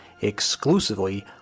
exclusively